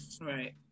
right